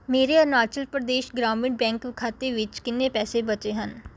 ਮੇਰੇ ਅਰੁਣਾਚਲ ਪ੍ਰਦੇਸ਼ ਗ੍ਰਾਮੀਣ ਬੈਂਕ ਖਾਤੇ ਵਿੱਚ ਕਿੰਨੇ ਪੈਸੇ ਬਚੇ ਹਨ